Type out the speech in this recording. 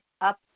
up